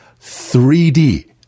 3D